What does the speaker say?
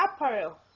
apparel